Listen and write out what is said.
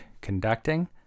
conducting